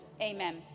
Amen